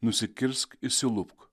nusikirsk išsilupk